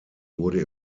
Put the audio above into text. wurde